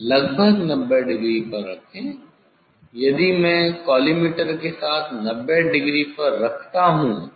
लगभग 90 डिग्री पर रखें यदि मैं कॉलीमटोर के साथ 90 डिग्री पर रखता हूं